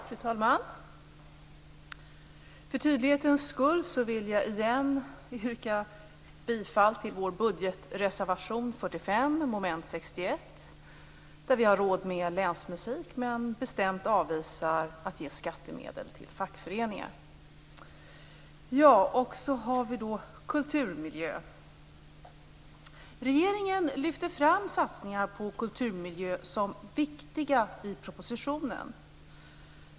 Fru talman! För tydlighetens skull vill jag igen yrka bifall till Miljöpartiets budgetreservation nr 45 under mom. 61. Där har vi råd med länsmusik men avvisar bestämt att ge skattemedel till fackföreningar. Jag skall tala om kulturmiljön. Regeringen lyfter fram satsningar på kulturmiljö som viktiga i propositionen.